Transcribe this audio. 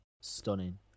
stunning